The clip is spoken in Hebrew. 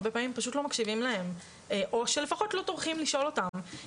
הרבה פעמים פשוט לא מקשיבים להם או שהם פחות לא טורחים לשאול אותם.